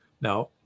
Now